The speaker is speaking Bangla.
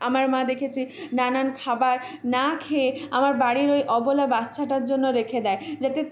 আমার মা দেখেছি নানান খবার না খেয়ে আমার বাড়ির ওই অবলা বাচ্চাটার জন্য রেখে দেয় যাতে